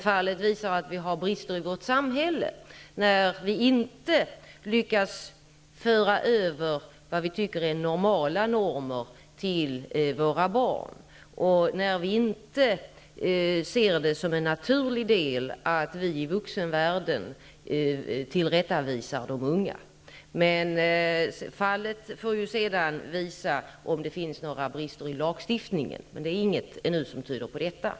Fallet visar att vi har brister i vårt samhälle, när vi inte lyckas föra över vad vi tycker är normala normer till våra barn och när vi inte ser det som en naturlig del att vi i vuxenvärlden tillrättavisar de unga. Fallet får sedan visa om det finns några brister i lagstiftningen. Ingenting tyder ännu på detta.